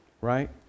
Right